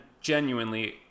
genuinely